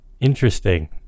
Interesting